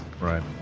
right